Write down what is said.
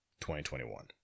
2021